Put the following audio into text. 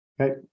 Okay